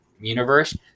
universe